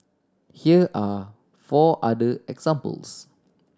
here are four other examples